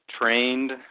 trained